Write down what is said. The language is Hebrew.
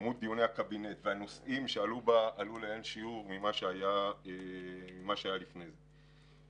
מספר דיוני הקבינט והנושאים בהם עלה לאין שיעור ממה שהיה לפני זה.